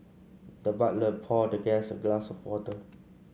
the butler poured the guest a glass of water